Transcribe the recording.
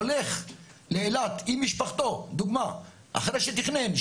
הולך לאילת עם משפחתו, דוגמה, אחרי שתכנן.